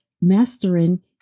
mastering